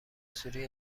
سوری